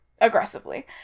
aggressively